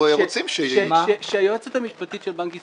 רוצים ש -- שהיועצת המשפטית של בנק ישראל,